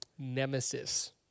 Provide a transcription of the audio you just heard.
Nemesis